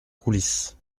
coulisse